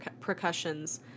percussions